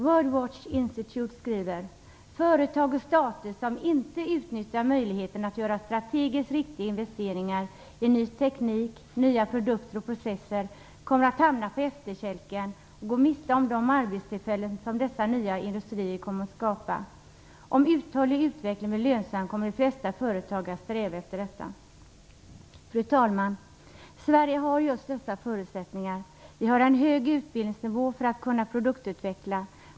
Worldwatch Institute skriver: "Företag och stater som inte utnyttjar möjligheterna att göra strategiskt riktiga investeringar i ny teknik, nya produkter och processer kommer att hamna på efterkälken och gå miste om de arbetstillfällen dessa nya industrier kommer att skapa. - Om uthållig utveckling blir lönsam, kommer de flesta företag att sträva efter detta." Fru talman! Sverige har just dessa förutsättningar. Vi har en hög utbildningsnivå för att kunna produktutveckla.